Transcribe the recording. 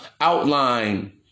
outline